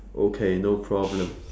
okay no problem